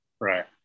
Right